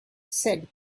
said